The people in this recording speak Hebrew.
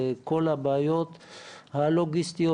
וכל הבעיות הלוגיסטיות,